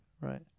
Right